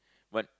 what